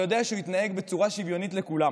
יודע שהוא יתנהג בצורה שוויונית לכולם,